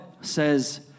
says